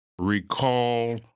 Recall